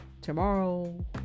tomorrow